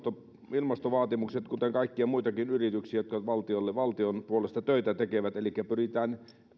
ilmastovaatimukset kuin kaikkia muitakin yrityksiä jotka valtion puolesta töitä tekevät elikkä pyritään